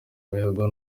mihigo